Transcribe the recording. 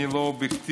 אני לא אובייקטיבי,